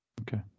Okay